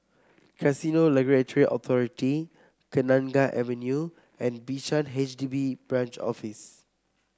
Casino Regulatory Authority Kenanga Avenue and Bishan H D B Branch Office